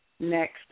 Next